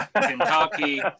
Kentucky